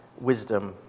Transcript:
wisdom